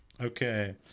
Okay